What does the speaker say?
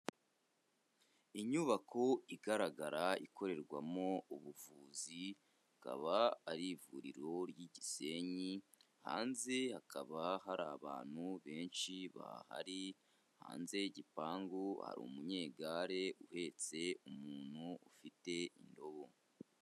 Inyubako igaragara ikorerwamo ubuvuzi, akaba ari ivuriro ry'i Gisenyi, hanze hakaba hari abantu benshi bahari, hanze y'igipangu hari umunyegare uhetse umuntu ufite indobo.